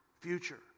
future